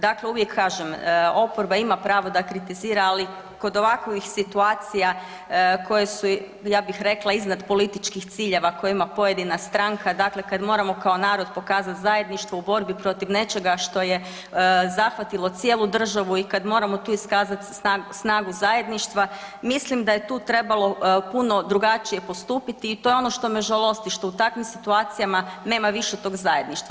Dakle, uvijek kažem oporba ima pravo da kritizira ali kod ovakvih situacija koje su ja bih rekla iznad političkih ciljeva koje ima pojedina stranka, dakle kad moramo kao narod pokazati zajedništvo u borbi protiv nečega što je zahvatilo cijelu državu i kad moramo tu iskazati snagu zajedništva mislim da je tu trebalo puno drugačije postupiti i to je ono što me žalosti što u takvim situacijama nema više tog zajedništva.